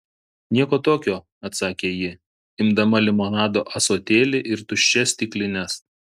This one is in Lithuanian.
nieko tokio atsakė ji imdama limonado ąsotėlį ir tuščias stiklines